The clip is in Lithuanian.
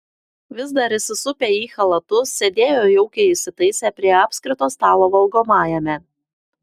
vis dar įsisupę į chalatus sėdėjo jaukiai įsitaisę prie apskrito stalo valgomajame